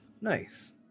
nice